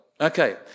Okay